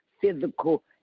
physical